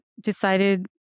decided